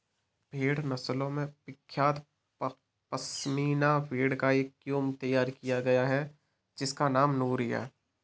भेड़ नस्लों में विख्यात पश्मीना भेड़ का एक क्लोन तैयार किया गया है जिसका नाम नूरी है